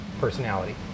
personality